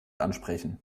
ansprechen